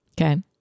Okay